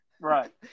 Right